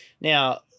Now